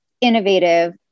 innovative